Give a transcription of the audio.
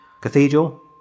cathedral